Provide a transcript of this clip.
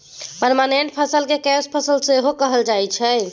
permanent फसल केँ कैस फसल सेहो कहल जाइ छै